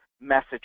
message